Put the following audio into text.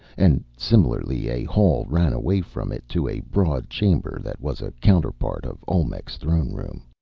and, similarly, a hall ran away from it to a broad chamber that was a counterpart of olmec's throne room.